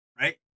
right